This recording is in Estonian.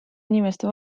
inimeste